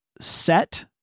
set